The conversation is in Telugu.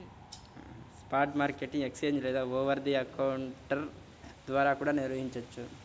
స్పాట్ మార్కెట్ ని ఎక్స్ఛేంజ్ లేదా ఓవర్ ది కౌంటర్ ద్వారా కూడా నిర్వహించొచ్చు